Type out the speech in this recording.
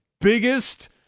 biggest